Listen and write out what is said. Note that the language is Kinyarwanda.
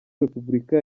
repubulika